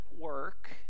work